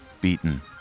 Beaten